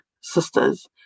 sisters